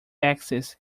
access